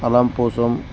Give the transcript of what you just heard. తలంపూసమ్